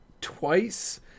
twice